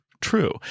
true